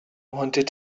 wanted